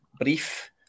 brief